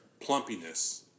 plumpiness